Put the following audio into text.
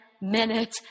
Minute